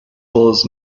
laws